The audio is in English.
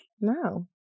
no